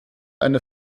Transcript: eine